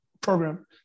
program